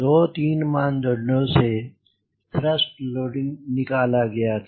दो तीन मानदंडों से थ्रस्ट लोडिंग निकाला गया था